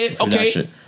Okay